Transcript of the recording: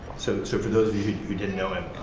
so so for those of you who you who didn't know him,